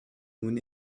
nun